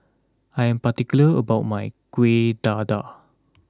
I am particular about my Kueh Dadar